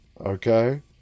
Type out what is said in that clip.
Okay